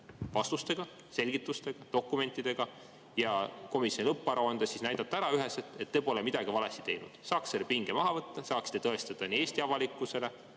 vastuste, selgituste ja dokumentidega ning komisjoni lõpparuandes näidata üheselt ära, et te pole midagi valesti teinud. Saaks selle pinge maha võtta. Saaksite tõestada nii Eesti avalikkusele,